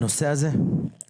הנושא הזה הוא